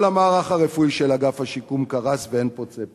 כל המערך הרפואי של אגף השיקום קרס ואין פוצה פה.